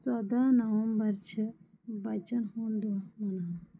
ژۄداہ نَوَمبر چھِ بَچَن ہُنٛد دۄہ مَناوان